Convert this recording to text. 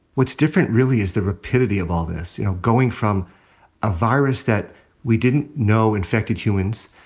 what's different really is the rapidity of all this. you know, going from a virus that we didn't know infected humans,